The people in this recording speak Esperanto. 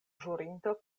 ĵurinto